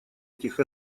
этих